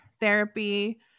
therapy